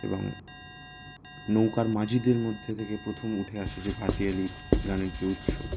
এবং নৌকার মাঝিদের মধ্যে থেকে প্রথম উঠে আসে যে ভাটিয়ালি গানের যে উৎস